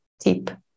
tip